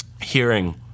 hearing